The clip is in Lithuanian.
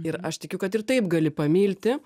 ir aš tikiu kad ir taip gali pamilti